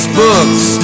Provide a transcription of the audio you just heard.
books